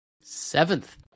Seventh